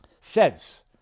says